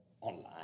online